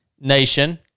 nation